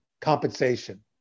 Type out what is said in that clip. compensation